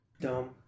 Dumb